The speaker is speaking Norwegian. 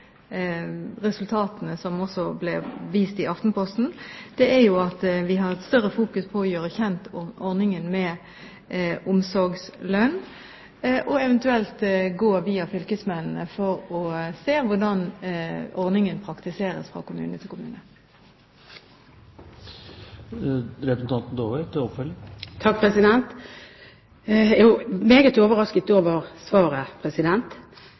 som ble vist i Aftenposten, er at vi fokuserer mer på å gjøre kjent ordningen med omsorgslønn, og eventuelt går via fylkesmennene for å se på hvordan ordningen praktiseres fra kommune til